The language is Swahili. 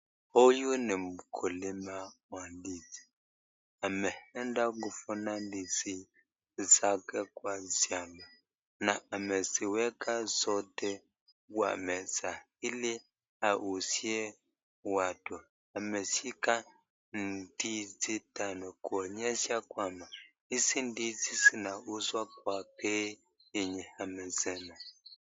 Huyu ni mkulima wa ndizi, ameenda kuvuna ndizi zake kwa shamba na ameziweka zote kwa meza ili auzie watu. Ameshika ndizi tano kuonyesha kwamba hizi ndizi zinauzwa kwa bei yenye amesema.